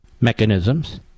mechanisms